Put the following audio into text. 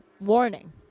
warning